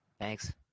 thanks